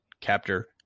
captor